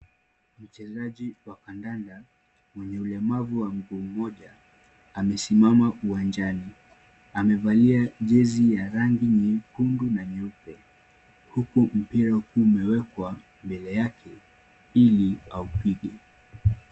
Mchezaji wa kandanda mwenye ulemavu wa mguu mmoja. Amesimama uwanjani. Amevalia jezi ya rangi nyekundu na nyeupe. Huku mpira ukiwa umewekwa mbele yake ili aupige.